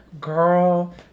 Girl